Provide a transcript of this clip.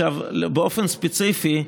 באופן ספציפי,